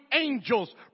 angels